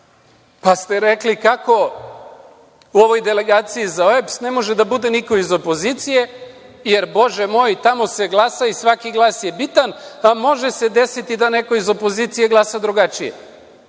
Pa ste rekli kako u ovoj delegaciji za OEBS ne može da bude niko iz opozicije, jer Bože moj, tamo se glasa i svaki glas je bitan, a može se desiti da neko iz opozicije glasa drugačije. To